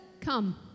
Come